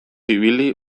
ibili